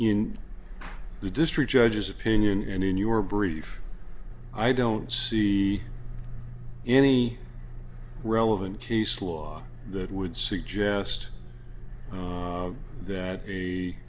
in the district judge's opinion and in your brief i don't see any relevant case law that would suggest that a